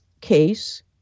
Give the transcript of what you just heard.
case